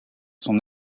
son